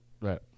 Right